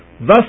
Thus